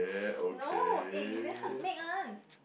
no eh it's very hard to make [one]